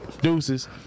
deuces